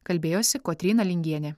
kalbėjosi kotryna lingienė